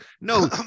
No